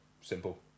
simple